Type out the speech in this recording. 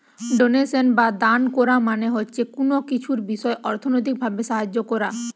donation বা দান কোরা মানে হচ্ছে কুনো কিছুর বিষয় অর্থনৈতিক ভাবে সাহায্য কোরা